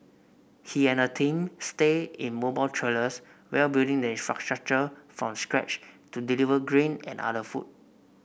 he and a Team Stayed in mobile trailers while building the infrastructure from scratch to deliver grain and other food